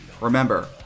remember